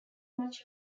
much